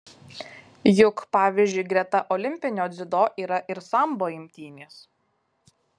juk pavyzdžiui greta olimpinio dziudo yra ir sambo imtynės